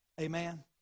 Amen